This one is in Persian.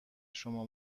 شما